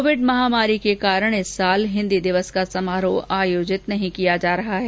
Covid महामारी के कारण इस साल हिन्दी दिवस का समारोह आयोजित नहीं किया जा रहा है